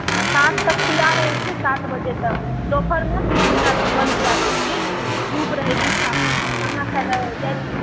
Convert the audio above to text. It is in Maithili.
आ साँझ तक खुला रहै छै सात बजे तक दोपहरमे दू घण्टा बन्द कए दै छियै धूप रहै छै ने आ खाना खाए लै जाइ छियै